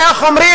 זה, איך אומרים?